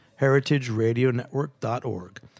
heritageradionetwork.org